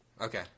Okay